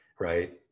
right